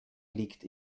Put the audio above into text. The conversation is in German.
liegt